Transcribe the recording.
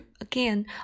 again